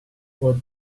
what